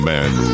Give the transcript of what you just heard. Man